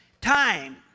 time